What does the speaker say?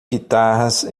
guitarras